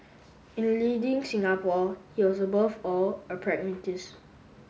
in leading Singapore he was above all a pragmatist